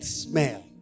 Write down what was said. smell